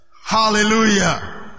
Hallelujah